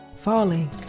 falling